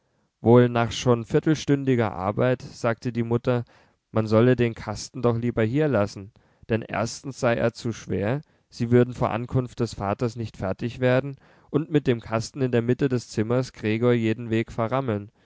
wohl nach schon viertelstündiger arbeit sagte die mutter man solle den kasten doch lieber hier lassen denn erstens sei er zu schwer sie würden vor ankunft des vaters nicht fertig werden und mit dem kasten in der mitte des zimmers gregor jeden weg verrammeln